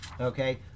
Okay